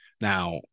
Now